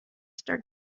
start